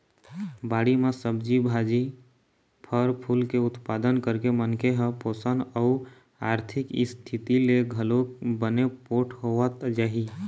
बाड़ी म सब्जी भाजी, फर फूल के उत्पादन करके मनखे ह पोसन अउ आरथिक इस्थिति ले घलोक बने पोठ होवत जाही